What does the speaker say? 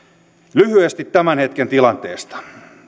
lyhyesti tämän hetken tilanteesta